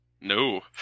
No